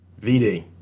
VD